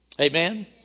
Amen